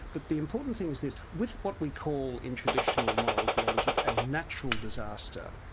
but the important thing is this, with what we call in traditional moral theology a natural disaster,